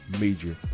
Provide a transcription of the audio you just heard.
major